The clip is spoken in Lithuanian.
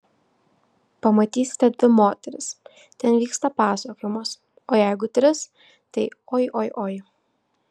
pamatysite dvi moteris ten vyksta pasakojimas o jeigu tris tai oi oi oi